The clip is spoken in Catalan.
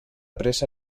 pressa